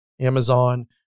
Amazon